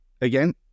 again